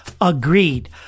agreed